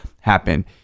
happen